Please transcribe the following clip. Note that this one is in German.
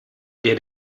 der